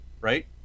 right